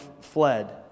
fled